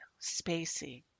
spacey